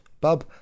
Bub